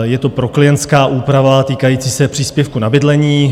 Je to proklientská úprava týkající se příspěvku na bydlení.